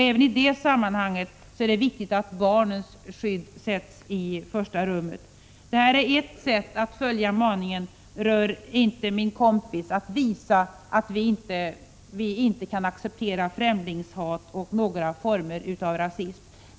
Även i det sammanhanget är det viktigt att barnens skydd sätts i första rummet. Ett sätt att följa maningen ”Rör inte min kompis” är att visa att vi inte kan acceptera främlingshat och några former av rasism.